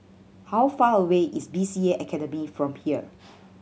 how far away is B C A Academy from here